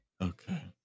Okay